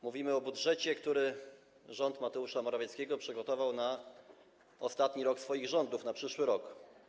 Mówimy o budżecie, który rząd Mateusza Morawieckiego przygotował na ostatni rok swoich rządów, na przyszły rok.